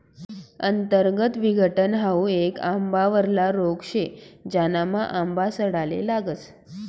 अंतर्गत विघटन हाउ येक आंबावरला रोग शे, ज्यानामा आंबा सडाले लागस